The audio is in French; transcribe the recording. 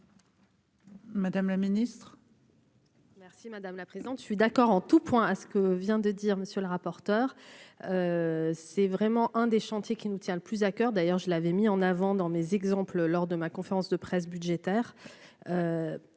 Madame la Ministre. Merci madame la présidente, je suis d'accord en tout point à ce que vient de dire monsieur le rapporteur, c'est vraiment un des chantiers qui nous tient le plus à coeur, d'ailleurs je l'avais mis en avant dans mes exemples lors de ma conférence de presse budgétaire